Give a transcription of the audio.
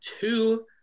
two